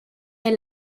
der